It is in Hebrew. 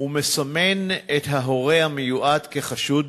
ומסמן את ההורה המיועד כחשוד.